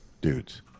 dudes